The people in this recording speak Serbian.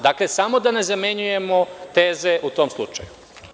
Dakle, samo da ne zamenjujemo teze u tom slučaju.